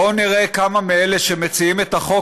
בואו נראה כמה מאלה שמציעים את החוק